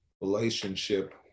Relationship